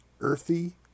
earthy